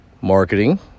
Marketing